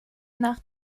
nach